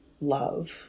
love